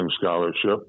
scholarship